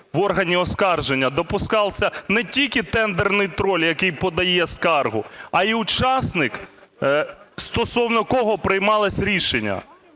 в органі оскарження допускався не тільки "тендерний троль", який подає скаргу, а й учасник, стосовно кого приймалось рішення.